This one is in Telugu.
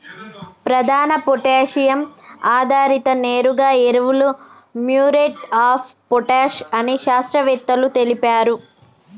ప్రధాన పొటాషియం ఆధారిత నేరుగా ఎరువులు మ్యూరేట్ ఆఫ్ పొటాష్ అని శాస్త్రవేత్తలు తెలిపారు